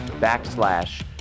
backslash